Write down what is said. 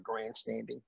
grandstanding